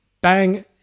bang